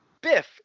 Biff